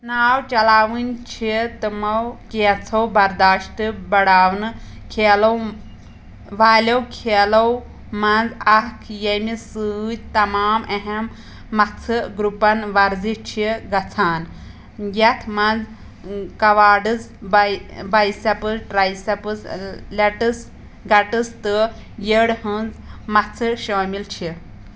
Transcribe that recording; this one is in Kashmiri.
ناو چَلاوٕنۍ چھِ تِمو کینٛژھو بَرداشٹہٕ بَڑاونہٕ کھیلو والیو کھیلو منٛز اَکھ ییٚمہِ سۭتۍ تَمام اہم مَژھہٕ گُرٛپَن وَرزش چھِ گژھان یَتھ منٛز کواڈٕز بَے بَیسٮ۪پٕس ٹرٛیسٮ۪پٕس لٮ۪ٹٕس گَٹٕس تہٕ یٔڈ ہٕنٛز مَژھہٕ شٲمِل چھِ